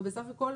ובסך הכול,